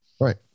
Right